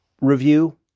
review